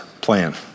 plan